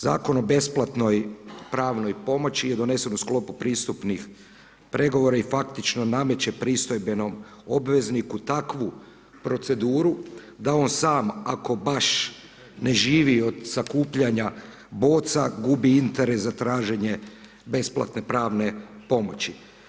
Zakon o besplatnoj pravnoj pomoći je donesen u sklopu pristupnih pregovora i faktično nameće pristojbenom obvezniku takvu proceduru da on samo ako baš ne živi od sakupljanja boca, gubi interes za traženje besplatne pravne pomoći.